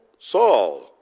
Saul